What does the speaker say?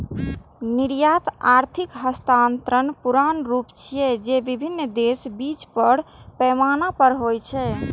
निर्यात आर्थिक हस्तांतरणक पुरान रूप छियै, जे विभिन्न देशक बीच बड़ पैमाना पर होइ छै